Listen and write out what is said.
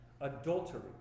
Adultery